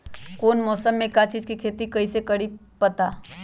कौन मौसम में का चीज़ के खेती करी कईसे पता करी?